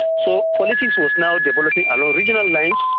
so politics was now developing along regional lines,